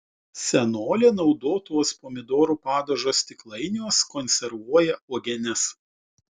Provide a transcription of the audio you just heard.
senolė naudotuos pomidorų padažo stiklainiuos konservuoja uogienes